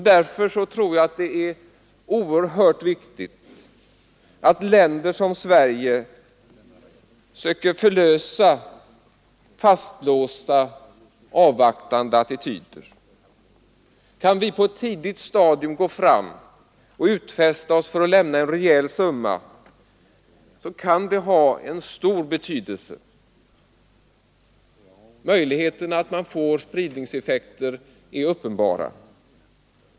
Därför tror jag det är oerhört viktigt att länder som Sverige söker förlösa dessa fastlåsta, avvaktande attityder. Kan vi på ett tidigt stadium gå fram och utfästa oss att lämna en rejäl summa, så kan det ha en stor betydelse. Möjligheterna att man får spridningseffekter är uppenbara.